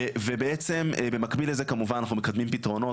ובעצם במקביל לזה כמובן אנחנו מקדמים פתרונות